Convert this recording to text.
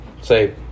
Say